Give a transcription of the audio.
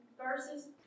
verses